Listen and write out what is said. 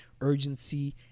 urgency